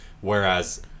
whereas